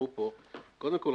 קודם כל,